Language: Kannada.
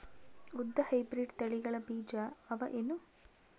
ಉದ್ದ ಹೈಬ್ರಿಡ್ ತಳಿಗಳ ಬೀಜ ಅವ ಏನು?